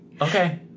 Okay